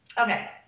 Okay